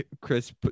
Chris